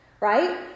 right